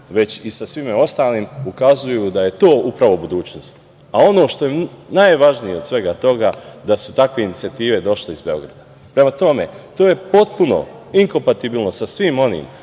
već i sa svim ostalim ukazuju da je to upravo budućnost, a ono što je najvažnije od svega toga da su takve inicijative došle iz Beograda. Prema tome, to je potpuno inkompatibilno sa svim onim